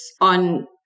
on